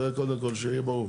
זה קודם כל, שיהיה ברור.